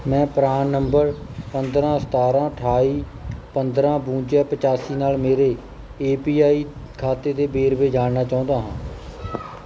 ਮੈਂ PRAN number ਪੰਦਰਾਂ ਸਤਾਰਾਂ ਅਠਾਈ ਪੰਦਰਾਂ ਬਵੰਜਾ ਪਚਾਸੀ ਨਾਲ ਮੇਰੇ ਏ ਪੀ ਵਾਈ ਖਾਤੇ ਦੇ ਵੇਰਵੇ ਜਾਣਨਾ ਚਾਹੁੰਦਾ ਹਾਂ